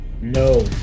No